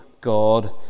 God